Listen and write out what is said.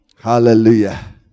hallelujah